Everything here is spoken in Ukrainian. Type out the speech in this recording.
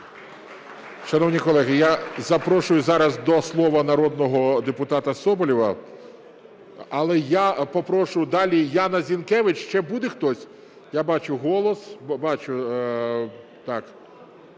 Шановні колеги, я запрошую зараз до слова народного депутата Соболєва. Але я попрошу далі, Яна Зінкевич, ще буде хтось? Я бачу, "Голос", бачу.